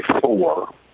four